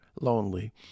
lonely